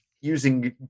using